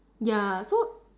ya so